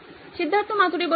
সিদ্ধার্থ মাতুরি ঠিক